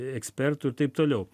ekspertų ir taip toliau